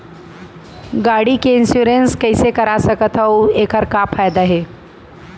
गाड़ी के इन्श्योरेन्स कइसे करा सकत हवं अऊ एखर का फायदा हे?